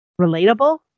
relatable